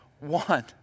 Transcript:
one